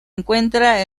encuentra